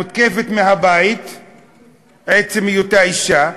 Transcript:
מותקפת מהבית מעצם היותה אישה.